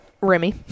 Remy